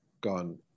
gone